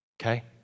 Okay